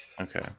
okay